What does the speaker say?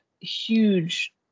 huge